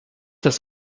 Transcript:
das